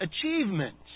achievements